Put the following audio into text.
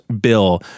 bill